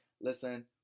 Listen